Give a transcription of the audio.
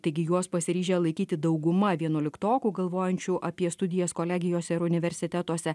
taigi juos pasiryžę laikyti dauguma vienuoliktokų galvojančių apie studijas kolegijose ar universitetuose